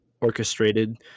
orchestrated